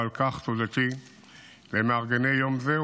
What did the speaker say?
ועל כך תודתי למארגני יום זה,